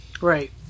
Right